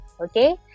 Okay